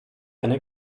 eine